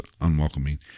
unwelcoming